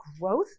growth